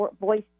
voice